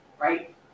right